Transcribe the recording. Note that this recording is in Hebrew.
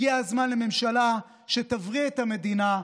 הגיע הזמן לממשלה שתבריא את המדינה,